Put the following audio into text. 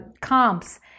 comps